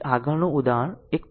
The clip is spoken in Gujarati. તેથી આગળનું ઉદાહરણ 1